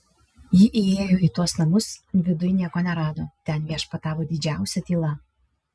ji įėjo į tuos namus viduj nieko nerado ten viešpatavo didžiausia tyla